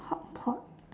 hotpot